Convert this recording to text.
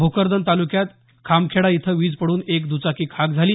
भोकरदान तालुक्यात खामखेडा इथं वीज पडून एक दुचाकी खाक झाली